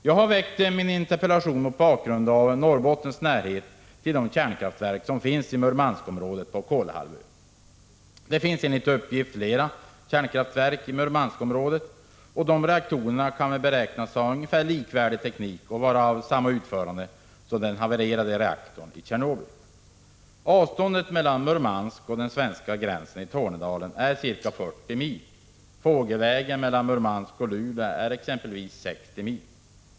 Jag har väckt min interpellation mot bakgrund av Norrbottens närhet till de kärnkraftverk som finns på Kolahalvön. Man räknar med att dessa reaktorer har ungefär samma teknik och utförande som den havererade reaktorn i Tjernobyl. Avståndet mellan Murmansk och den svenska gränsen i Tornedalen är ca 40 mil. Avståndet fågelvägen mellan exempelvis Murmansk och Luleå är ca 60 mil.